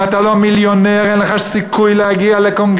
אם אתה לא מיליונר אין לך סיכוי להגיע לקונגרס,